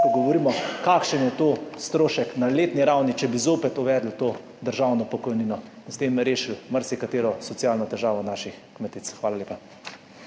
govorimo? Kakšen je strošek na letni ravni, če bi spet uvedli državno pokojnino in s tem rešili marsikatero socialno težavo naših kmetic? Hvala lepa.